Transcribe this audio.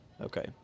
Okay